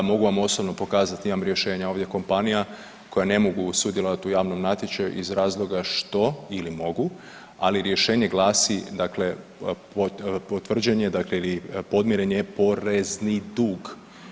Mogu vam osobno pokazati imam rješenja ovdje kompanija koje ne mogu sudjelovati u javnom natječaju iz razloga što ili mogu, ali rješenje glasi dakle potvrđen je ili podmiren je porezni dug.